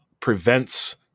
prevents